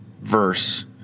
verse